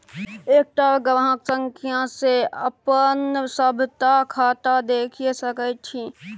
एकटा ग्राहक संख्या सँ अपन सभटा खाता देखि सकैत छी